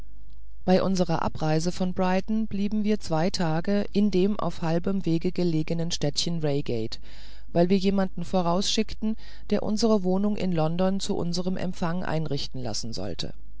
bei unserer abreise von brighton blieben wir zwei tage in dem auf halbem wege gelegenen städtchen reigate weil wir jemanden vorausschickten der unsere wohnung in london zu unserem empfange einrichten lassen sollte